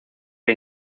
que